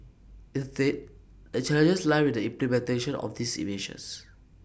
instead the challenges lie with the implementation of these in measures